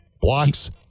Blocks